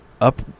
up